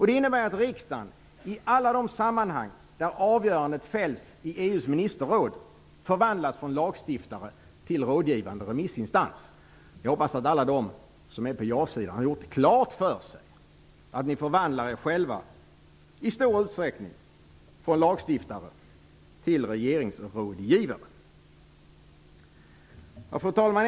Det innebär att riksdagen i alla de sammanhang där avgörandet fälls i EU:s ministerråd, förvandlas från lagstiftare till rådgivande remissinstans. Jag hoppas att alla ni som är på jasidan har gjort klart för er att ni förvandlar er själva i stor utsträckning från lagstiftare till regeringsrådgivare. Fru talman!